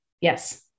Yes